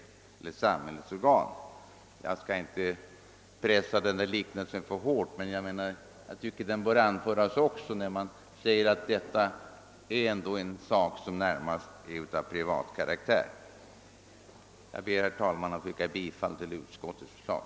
Jag skall inte pressa denna liknelse för hårt, men jag tycker att den bör anföras när man säger att detta är en sak som närmast är av privat karaktär. Jag ber, herr talman, att få yrka bifall till utskottets förslag.